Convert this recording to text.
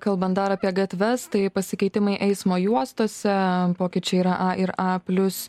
kalbant dar apie gatves tai pasikeitimai eismo juostose pokyčiai yra a ir a plius